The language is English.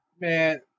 Man